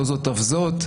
לא זאת אף זאת,